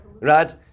Right